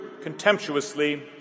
contemptuously